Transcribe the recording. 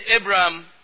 Abraham